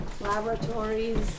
laboratories